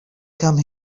come